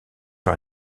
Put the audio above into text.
par